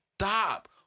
stop